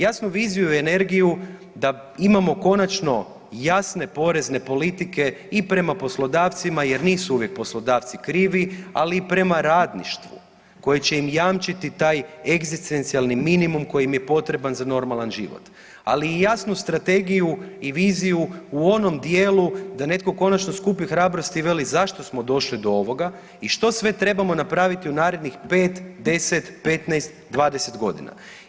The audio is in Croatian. Jasnu viziju i energiju da imamo konačno jasne porezne politike i prema poslodavcima jer nisu uvijek poslodavci krivi, ali i prema radništvu koje će im jamčiti taj egzistencijalni minimum koji im je potreban za normalan život, ali i jasnu strategiju i viziju u onom dijelu da netko konačno skupi hrabrosti i veli, zašto smo došli do ovoga i što sve trebamo napraviti u narednih 5, 10, 15, 20 godina.